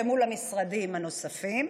ומול המשרדים הנוספים,